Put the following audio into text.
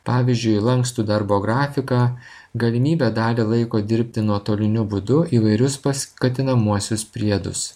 pavyzdžiui lankstų darbo grafiką galimybę dalį laiko dirbti nuotoliniu būdu įvairius paskatinamuosius priedus